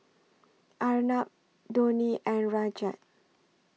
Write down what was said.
Arnab Dhoni and Rajat